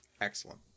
Excellent